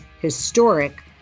historic